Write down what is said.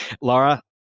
Laura